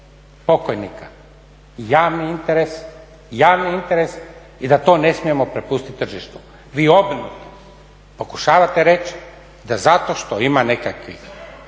javni interes i da to ne smijemo prepustit tržištu. Vi obrnuto, pokušavate reći da zato što ima nekakvih